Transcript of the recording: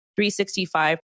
365